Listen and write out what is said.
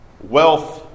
wealth